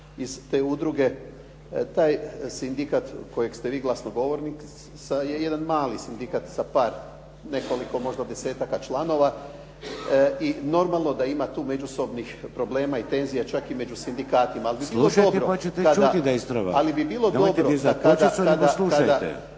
iz te udruge. Taj sindikat kojeg ste vi glasnogovornica je jedan mali sindikat sa par, nekoliko možda desetaka članova i normalno da ima tu međusobnih problema i tenzija čak i među sindikata… …/Upadica Šeks: Slušajte pa ćete čuti